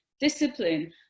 discipline